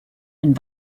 and